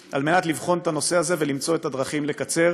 לבחון את הנושא הזה ולמצוא את הדרכים לקצר